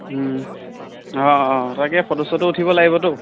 অঁ অঁ তাকেই ফটো চটো উঠিব লাগিবতো